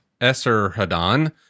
Esarhaddon